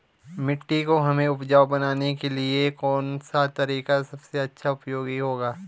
मिट्टी को हमें उपजाऊ बनाने के लिए कौन सा तरीका सबसे अच्छा उपयोगी होगा?